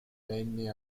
venne